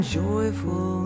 joyful